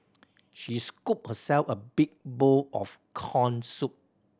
she scooped herself a big bowl of corn soup